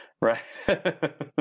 Right